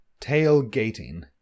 Tailgating